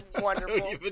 wonderful